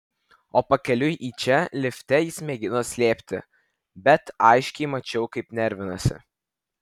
o pakeliui į čia lifte jis mėgino slėpti bet aiškiai mačiau kaip nervinasi